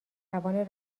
توان